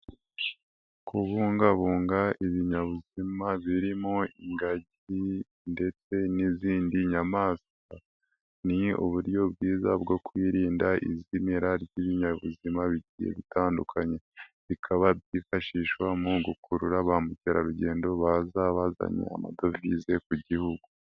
Kubungabunga ibinyabuzima birimo ingagi ndetse n'izindi nyamaswa, ni uburyo bwiza bwo kwirinda izmira ry'ibinyabuzima bigiye gutandukanye, bikaba byifashishwa mu gukurura ba mukerarugendo baza bazanye amadovize ku gihugu.